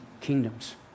kingdoms